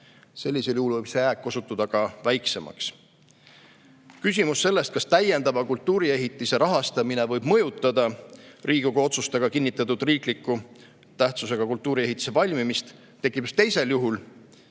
Sellisel juhul võib see jääk osutuda väiksemaks. Küsimus, kas täiendava kultuuriehitise rahastamine võib mõjutada Riigikogu otsustega kinnitatud riikliku tähtsusega kultuuriehitise valmimist, tekib teisel juhul,